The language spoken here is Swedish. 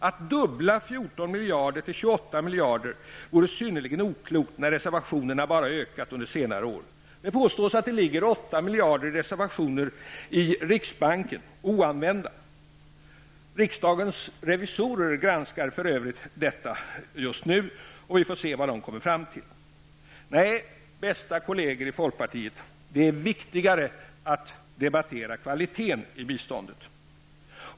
Att dubbla 14 miljarder till 28 miljarder vore synnerligen oklokt när reservationerna bara ökat under senare år. Det påstås att det ligger 8 miljarder i riksbanken oanvända. Riksdagens revisorer granskar f.ö. detta. Nej, bästa kolleger i folkpartiet, det är viktigare att diskutera kvalitén i biståndet.